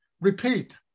repeat